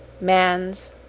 Mans